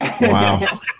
Wow